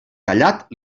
callat